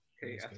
Hey